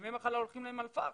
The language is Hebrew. וימי המחלה הולכים להם על פארש.